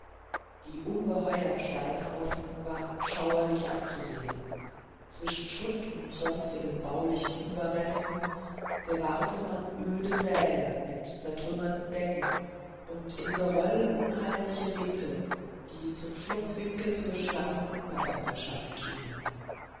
die ungeheuern steinhaufen waren schauerlich anzusehen zwischen schutt und sonstigen baulichen ueberresten gewahrte man öde säle mit zertrümmerten decken und im geröll unheimliche winkel die zum schlupfwinkel für schlangen und nattern geschaffen schienen